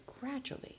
gradually